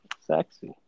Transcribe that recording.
sexy